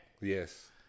Yes